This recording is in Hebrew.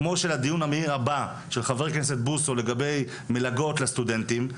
כמו הדיון המהיר הבא של חבר הכנסת בוסו לגבי מלגות לסטודנטים,